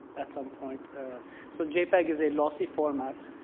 at some point. so a jpeg is a lossy format.